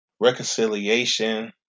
Reconciliation